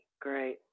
Great